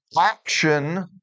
action